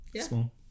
small